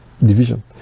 division